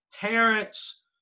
parents